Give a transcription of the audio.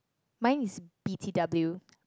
mine is B_T_W